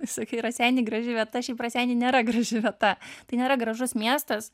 sakei raseiniai graži vieta šiaip raseiniai nėra graži vieta tai nėra gražus miestas